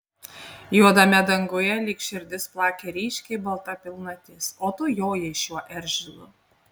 juodame danguje lyg širdis plakė ryškiai balta pilnatis o tu jojai šiuo eržilu